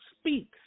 speaks